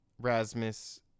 Rasmus